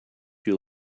you